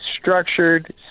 structured